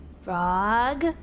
Frog